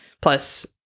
plus